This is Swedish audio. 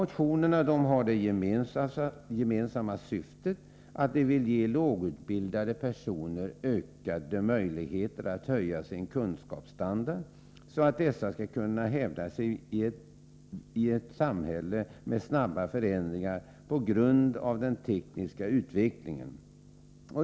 Motionerna har det gemensamma syftet att lågutbil dade personer skall ges ökade möjligheter att höja sin kunskapsstandard, så att de kan hävda sig bättre i ett samhälle med snabba förändringar på grund av den tekniska utvecklingen.